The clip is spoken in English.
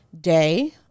day